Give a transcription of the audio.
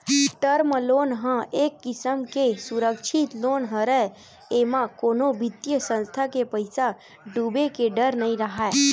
term loan ह एक किसम के सुरक्छित लोन हरय एमा कोनो बित्तीय संस्था के पइसा डूबे के डर नइ राहय